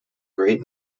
great